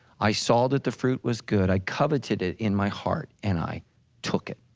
i saw that the fruit was good, i coveted it in my heart and i took it.